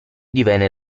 divenne